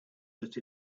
that